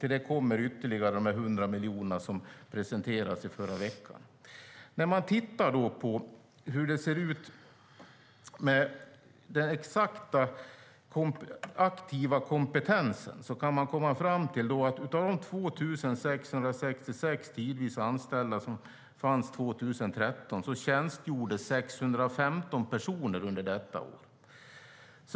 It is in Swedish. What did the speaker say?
Till det kommer ytterligare de 100 miljoner som presenterades i förra veckan. När man tittar på hur den exakta aktiva kompetensen ser ut kan man komma fram till att av de 2 666 tidvis anställda som fanns 2013 tjänstgjorde 615 personer under detta år.